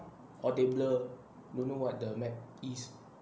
or they blur don't know what the map is